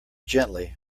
gently